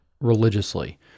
religiously